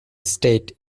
state